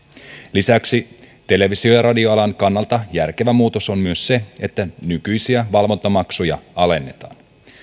lisäksi televisio ja radioalan kannalta järkevä muutos on myös se että nykyisiä valvontamaksuja alennetaan